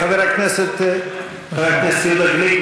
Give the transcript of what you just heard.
חבר הכנסת יהודה גליק,